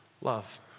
love